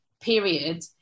period